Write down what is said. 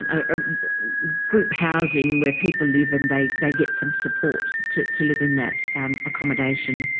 a group housing where people live and they they get some support to to live in that accommodation,